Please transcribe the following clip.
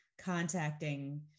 contacting